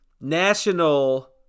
National